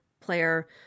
player